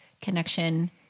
connection